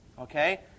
Okay